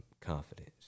confidence